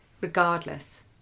regardless